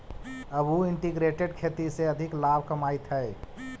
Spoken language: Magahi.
अब उ इंटीग्रेटेड खेती से अधिक लाभ कमाइत हइ